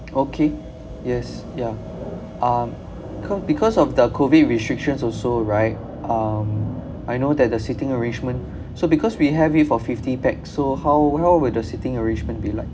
okay yes ya um ca~ because of the COVID restrictions also right um I know that the seating arrangement so because we have it for fifty pax so how how will the seating arrangement be like